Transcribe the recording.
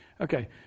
Okay